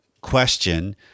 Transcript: question